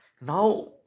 now